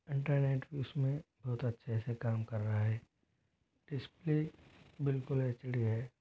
internet भी उसमें बहुत अच्छे से काम कर रहा है डिस्प्ले बिल्कुल एच डी है